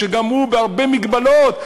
שגם היא בהרבה מגבלות,